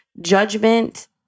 judgment